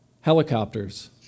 Helicopters